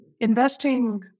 investing